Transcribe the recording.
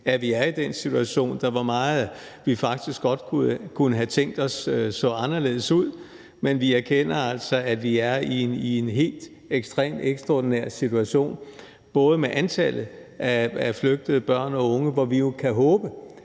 at vi er i den situation. Der var meget, vi faktisk godt kunne have tænkt os så anderledes ud, men vi erkender altså, at vi er i en helt ekstrem, ekstraordinær situation. Det gælder antallet af flygtede børn og unge, hvor vi jo kan håbe,